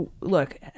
look